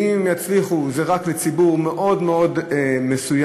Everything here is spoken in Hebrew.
ואם הם יצליחו זה יהיה רק לציבור מאוד מאוד מסוים.